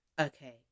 okay